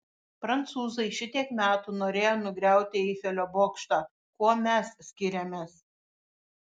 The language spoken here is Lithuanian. prancūzai šitiek metų norėjo nugriauti eifelio bokštą kuo mes skiriamės